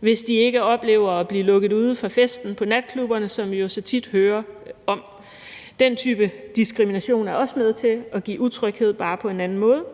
hvis de ikke oplever at blive lukket ude fra festen på natklubberne, hvad vi jo så tit hører om. Den type diskrimination er også med til at skabe utryghed, bare på en anden måde.